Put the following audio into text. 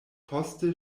poste